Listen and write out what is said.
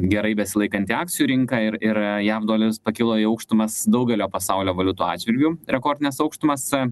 gerai besilaikanti akcijų rinka ir ir jam doleris pakilo į aukštumas daugelio pasaulio valiutų atžvilgiu rekordines aukštumas